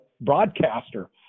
broadcaster